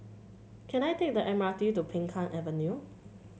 can I take the M R T to Peng Kang Avenue